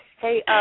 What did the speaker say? Hey